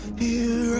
the